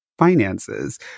finances